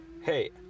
hey